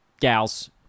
gals